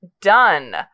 Done